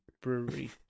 Brewery